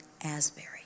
Asbury